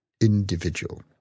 individual